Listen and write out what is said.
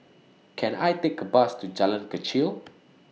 Can I Take A Bus to Jalan Kechil